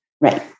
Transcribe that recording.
Right